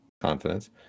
confidence